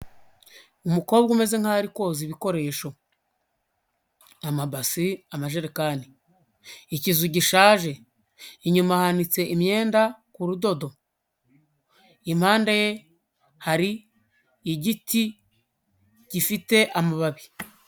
Umukobwa umeze nk'aho ari koza ibikoresho, amabase, amajerekani, ikizu gishaje, inyuma hanitse imyenda ku rudodo, impande ye hari igiti gifite amababi.